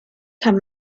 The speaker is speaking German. kann